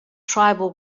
tribal